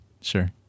Sure